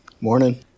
Morning